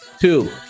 Two